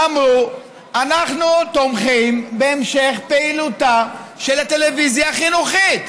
אמרו: אנחנו תומכים בהמשך פעילותה של הטלוויזיה החינוכית.